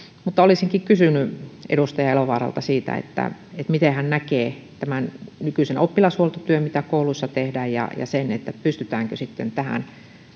mutta olisinkin kysynyt edustaja elovaaralta siitä miten hän näkee nykyisen oppilashuoltotyön mitä kouluissa tehdään ja pystytäänkö tähän